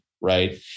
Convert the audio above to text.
Right